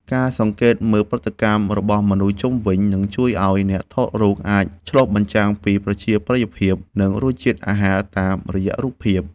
ការសង្កេតមើលប្រតិកម្មរបស់មនុស្សជុំវិញ នឹងជួយឱ្យអ្នកថតរូបអាចឆ្លុះបញ្ចាំងពីប្រជាប្រិយភាព និងរសជាតិអាហារតាមរយៈរូបភាព។